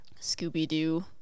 Scooby-Doo